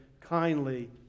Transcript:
kindly